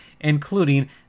including